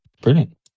Brilliant